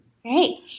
Great